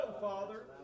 Father